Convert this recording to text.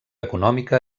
econòmica